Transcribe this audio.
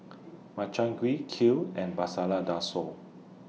Makchang Gui Kheer and Masala Dosa